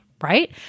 right